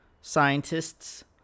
scientists